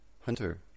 Hunter